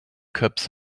cups